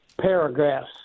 paragraphs